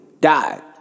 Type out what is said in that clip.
died